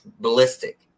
ballistic